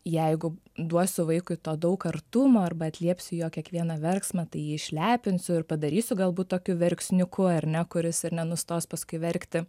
jeigu duosiu vaikui to daug artumo arba atliepsiu jo kiekvieną verksmą tai jį išlepinsiu ir padarysiu galbūt tokiu verksniuku ar ne kuris ir nenustos paskui verkti